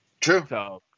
True